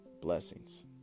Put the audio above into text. blessings